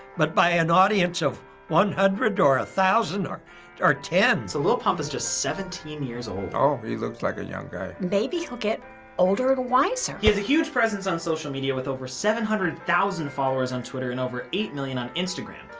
but by an audience of one hundred or one ah thousand or or ten. so lil pump is just seventeen years old. oh, he looks like a young guy. maybe he'll get older and wiser. he has a huge presence on social media with over seven hundred thousand followers on twitter and over eight million on instagram.